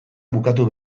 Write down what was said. bukatu